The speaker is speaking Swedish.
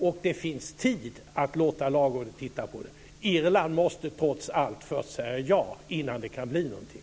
Och det finns tid att låta Lagrådet titta på detta. Irland måste trots allt först säga ja innan det kan bli någonting.